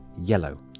yellow